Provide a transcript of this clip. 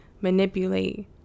manipulate